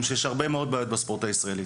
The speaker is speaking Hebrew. שיש הרבה מאוד בעיות בספורט הישראלי.